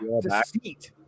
deceit